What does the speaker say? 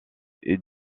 est